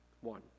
One